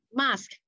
mask